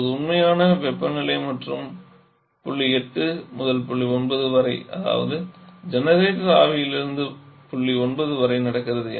இப்போது உண்மையான வெப்பநிலை மாற்றம் புள்ளி 8 முதல் புள்ளி 9 வரை அதாவது ஜெனரேட்டர் வெப்பநிலையிலிருந்து புள்ளி 9 வரை நடக்கிறது